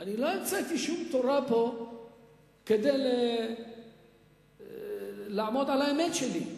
אני לא המצאתי שום תורה פה כדי לעמוד על האמת שלי.